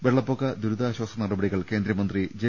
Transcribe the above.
വെള്ളപ്പൊക്ക ദുരിതാശാസ നടപടികൾ കേന്ദ്രമന്ത്രി ജെ